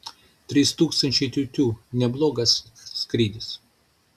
trys tūkstančiai tiū tiū neblogas skrydis